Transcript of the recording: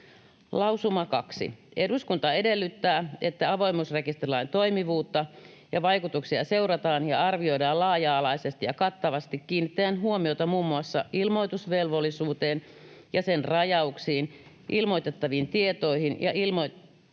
Lausuma kaksi: ”Eduskunta edellyttää, että avoimuusrekisterilain toimivuutta ja vaikutuksia seurataan ja arvioidaan laaja-alaisesti ja kattavasti kiinnittäen huomiota muun muassa ilmoitusvelvollisuuteen ja sen rajauksiin, ilmoitettaviin tietoihin ja ilmoitusmenettelyyn